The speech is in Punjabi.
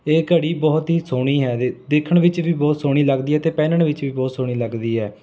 ਇਹ ਘੜੀ ਬਹੁਤ ਹੀ ਸੋਹਣੀ ਹੈ ਦੇ ਦੇਖਣ ਵਿੱਚ ਵੀ ਬਹੁਤ ਸੋਹਣੀ ਲੱਗਦੀ ਹੈ ਅਤੇ ਪਹਿਨਣ ਵਿੱਚ ਵੀ ਬਹੁਤ ਸੋਹਣੀ ਲੱਗਦੀ ਹੈ